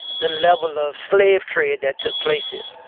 the level of slave trade that took place here